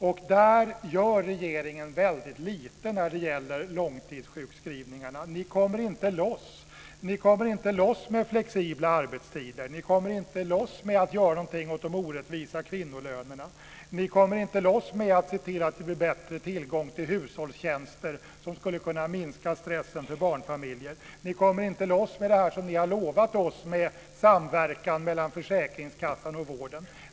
Och regeringen gör väldigt lite när det gäller långtidssjukskrivningarna. Regeringen kommer inte loss med flexibla arbetstider. Regeringen kommer inte loss med att göra någonting åt de orättvisa kvinnolönerna. Regeringen kommer inte loss med att se till att det blir bättre tillgång till hushållstjänster som skulle kunna minska stressen för barnfamiljer. Regeringen kommer inte loss med det som den har lovat oss med samverkan mellan försäkringskassan och vården.